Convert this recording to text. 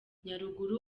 nyaruguru